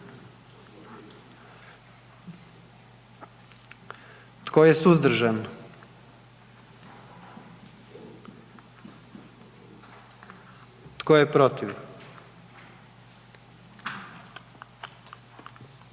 Tko je suzdržan? I tko je protiv?